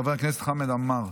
חבר הכנסת חמד עמאר,